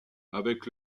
avec